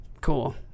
Cool